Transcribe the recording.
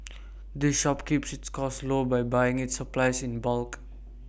the shop keeps its costs low by buying its supplies in bulk